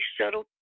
shuttle